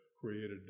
created